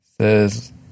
says